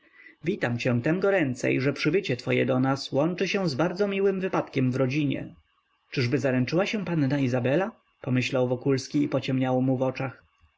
witam cię tem goręciej że przybycie twoje do nas łączy się z bardzo miłym wypadkiem w rodzinie czyżby zaręczyła się panna izabela pomyślał wokulski i pociemniało mu w oczach